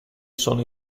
sono